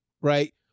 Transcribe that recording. Right